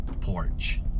porch